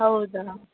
ಹೌದಾ